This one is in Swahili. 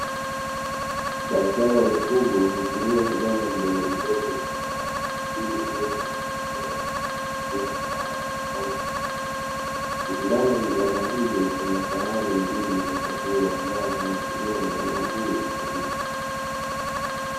Daktari wa mifugo hutumia vibanda vidogovidogo vyenye wavu ili kuweza kufugia wanyama kama paka pamoja na mbwa. Ndani ya vibanda hivyo kuna sahani mbili za chakula ambazo anatumuia mnyama huyo kula.